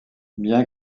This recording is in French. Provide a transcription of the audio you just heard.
bien